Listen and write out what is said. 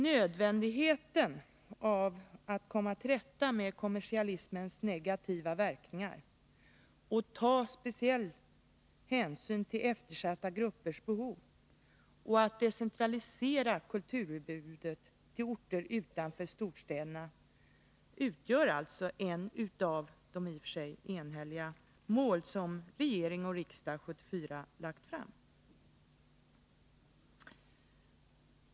Nödvändigheten av att komma till rätta med ”kommersialismens negativa verkningar” och att ta speciell hänsyn till eftersatta gruppers behov och att decentralisera kulturutbudet till orter utanför storstäderna utgör alltså ett av de mål som regering och riksdag enhälligt lade fast 1974.